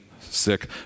sick